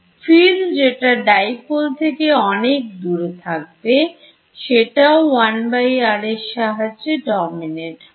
Field যেটা Dipole থেকে অনেক দূরে থাকবে সেটাও 1r এর সাহায্যে ডমিনেট হবে